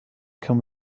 come